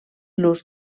l’ús